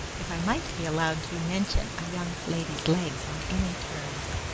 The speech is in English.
if i might be allowed to mention a young lady's legs on any terms,